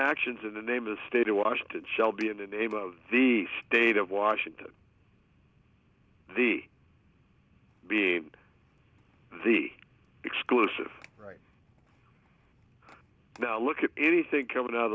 actions in the name of the state of washington shall be in a name of the state of washington the being the exclusive right now look at anything coming out o